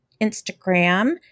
Instagram